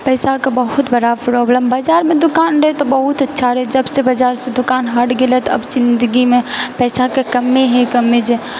पैसाके बहुत बड़ा प्रोब्लम बजारमे दूकान रहै तऽ बहुत अच्छा रहै जबसँ बजारसँ दूकान हट गेलै तब जिन्दगीमे पैसाके कमी ही कमी छै